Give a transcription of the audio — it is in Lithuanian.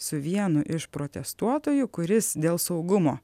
su vienu iš protestuotojų kuris dėl saugumo